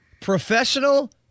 professional